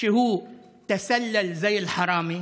שהוא (אומר בערבית: התגנב כמו גנב.)